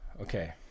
okay